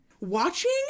watching